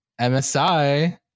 MSI